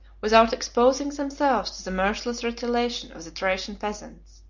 without exposing themselves to the merciless retaliation of the thracian peasants.